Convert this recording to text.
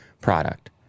product